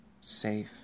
Safe